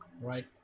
right